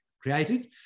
created